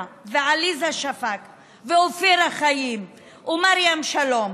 ועליזה שפק ואופירה חיים ומרים שלום,